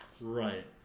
Right